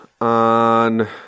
on